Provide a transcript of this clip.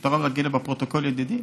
מותר להגיד בפרוטוקול "ידידי"?